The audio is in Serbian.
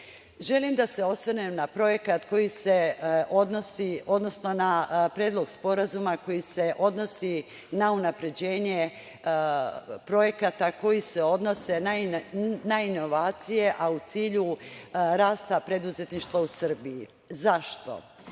se odnosi, odnosno na Predlog sporazuma koji se odnosi na unapređenje projekata koji se odnose na inovacije, a u cilju rasta preduzetništva u Srbiji. Zašto?